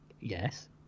Yes